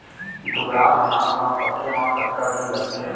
दुबराज धान ला पके मा कतका दिन लगथे?